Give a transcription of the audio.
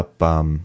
up